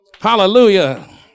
Hallelujah